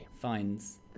fines